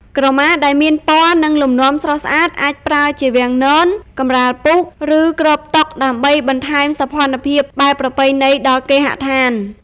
ក្រមាដែលមានពណ៌ និងលំនាំស្រស់ស្អាត អាចប្រើជាវាំងនន កម្រាលពូក ឬគ្របតុ ដើម្បីបន្ថែមសោភ័ណភាពបែបប្រពៃណីដល់គេហដ្ឋាន។